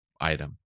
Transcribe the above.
item